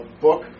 book